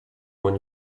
oni